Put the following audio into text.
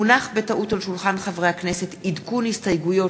הונח בטעות על שולחן הכנסת עדכון הסתייגויות